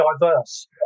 diverse